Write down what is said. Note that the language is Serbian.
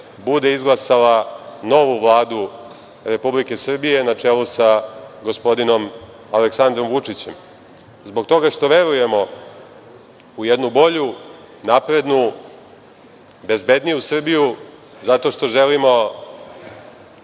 bude izglasala novu vladu Republike Srbije, na čelu sa gospodinom Aleksandrom Vučićem. Zbog toga što verujemo u jednu bolju, naprednu, bezbedniju Srbiju, zato što želimo…Ne